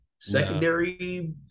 Secondary